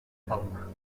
palma